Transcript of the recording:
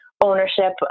ownership